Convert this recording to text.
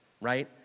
right